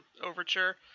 overture